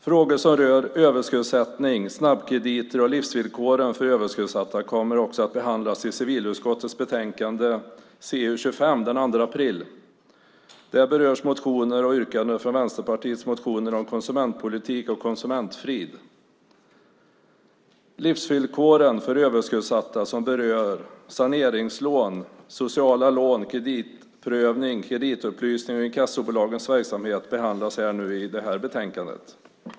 Frågor som rör överskuldsättning, snabbkrediter och livsvillkor för överskuldsatta kommer också att behandlas i samband med debatten om civilutskottets betänkande CU25 den 2 april. Där berörs motioner och även yrkanden i Vänsterpartiets motioner om konsumentpolitik och konsumtionsfrid. Livsvillkoren för överskuldsatta som berör saneringslån, sociala lån, kreditprövning, kreditupplysning och inkassobolagens verksamhet behandlas i det betänkande som vi nu diskuterar.